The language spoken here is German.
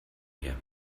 her